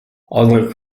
although